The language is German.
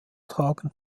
tragen